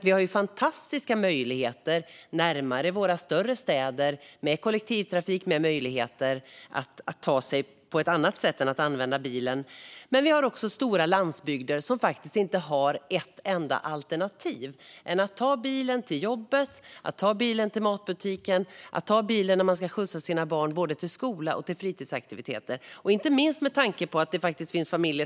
I och omkring våra större städer finns fantastiska möjligheter att med kollektivtrafik ta sig fram utan bil. Men på stora delar av landsbygden finns inget alternativ till att ta bilen till jobb, matbutik, barnens skola och fritidsaktiviteter.